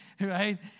right